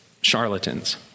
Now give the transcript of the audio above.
charlatans